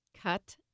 cut